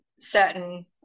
certain